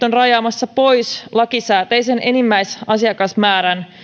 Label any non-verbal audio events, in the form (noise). (unintelligible) on rajaamassa pois lakisääteisen enimmäisasiakasmäärän